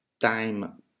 time